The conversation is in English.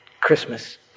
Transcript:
Christmas